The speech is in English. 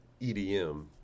EDM